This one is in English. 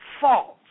False